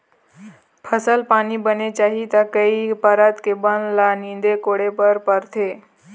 फसल पानी बने चाही त कई परत के बन ल नींदे कोड़े बर परथे